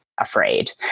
afraid